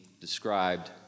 described